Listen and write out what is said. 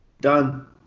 done